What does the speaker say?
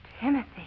Timothy